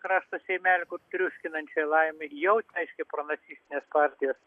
krašto seimelį triuškinančiai laimi jau aiškiai pronacistinės partijos